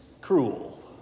cruel